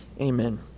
amen